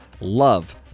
Love